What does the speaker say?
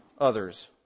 others